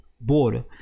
border